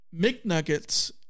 McNuggets